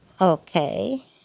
Okay